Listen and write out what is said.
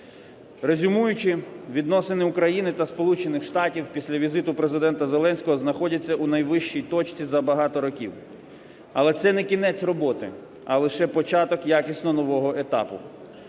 Резюмуючи відносини України та Сполучених Штатів після візиту Президента Зеленського знаходяться у найвищій точці за багато років. Але це не кінець роботи, а лише початок якісно нового етапу.